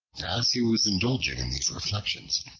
as he was indulging in these reflections,